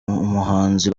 umuhanzi